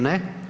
Ne.